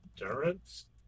Endurance